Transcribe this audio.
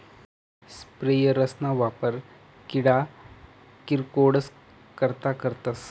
sprayers ना वापर किडा किरकोडस करता करतस